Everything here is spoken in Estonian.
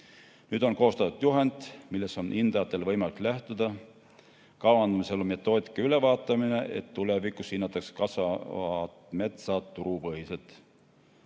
Nüüd on koostatud juhend, millest on hindajatel võimalik lähtuda. Kavandamisel on metoodika ülevaatamine, et tulevikus hinnataks kasvavat metsa turupõhiselt.